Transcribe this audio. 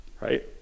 Right